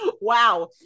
wow